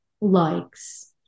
likes